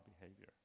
behavior